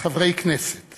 חברי כנסת